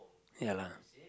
ya lah